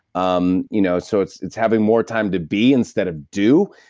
um you know so, it's it's having more time to be instead of do.